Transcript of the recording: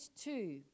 two